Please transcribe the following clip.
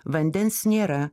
vandens nėra